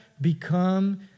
become